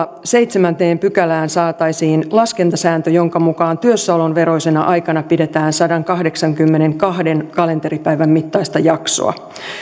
seitsemänteen pykälään saataisiin laskentasääntö jonka mukaan työssäolon veroisena aikana pidetään sadankahdeksankymmenenkahden kalenteripäivän mittaista jaksoa